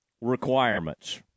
requirements